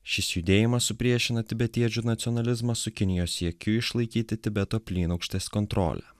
šis judėjimas supriešina tibetiečių nacionalizmą su kinijos siekiu išlaikyti tibeto plynaukštės kontrolę